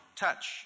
touch